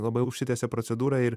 labai užsitęsia procedūra ir